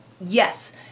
yes